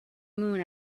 moon